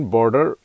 Border